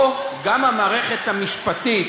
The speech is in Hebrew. פה גם המערכת המשפטית,